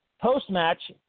Post-match